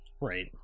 Right